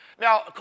Now